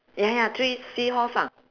ya ya three seahorse ah